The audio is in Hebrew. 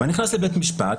אני נכנס לבית משפט,